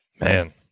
Man